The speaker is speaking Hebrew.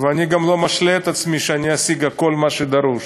ואני גם לא משלה את עצמי שאשיג כל מה שדרוש.